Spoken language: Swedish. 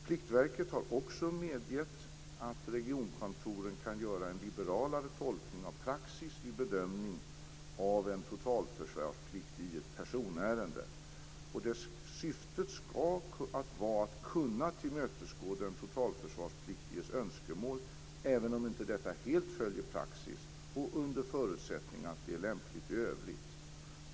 Pliktverket har också medgett att regionkontoren kan göra en liberalare tolkning av praxis vid bedömning av en totalförsvarsplikt i ett personärende. Syftet skall vara att kunna tillmötesgå den totalförsvarspliktiges önskemål, även om detta inte helt följer praxis, och under förutsättning att det är lämpligt i övrigt.